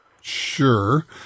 Sure